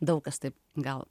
daug kas taip gal